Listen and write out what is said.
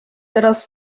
teraz